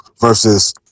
versus